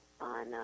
on